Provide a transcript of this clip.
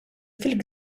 fil